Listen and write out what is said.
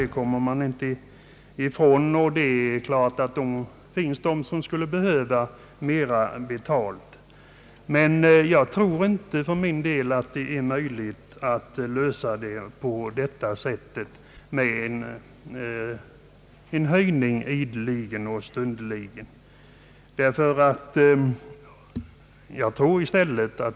Det är klart att det finns de som behöver mera betalt, men jag tror för min del att det inte är möjligt att lösa problemet genom ideliga höjningar av det här tillägget.